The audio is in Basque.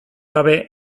gabe